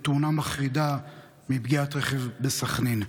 בתאונה מחרידה מפגיעת רכב בסח'נין.